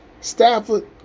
Stafford